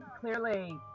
clearly